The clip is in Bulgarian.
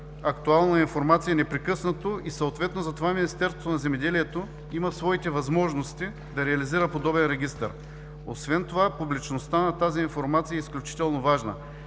актуална информация непрекъснато и съответно затова Министерството на земеделието има своите възможности да реализира подобен регистър. Освен това публичността на тази информация е изключително важна.